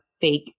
fake